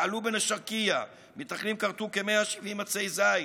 בלובאן א-שרקיה מתנחלים כרתו כ-170 עצי זית,